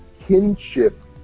kinship